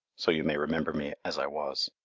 so you may remember me as i was.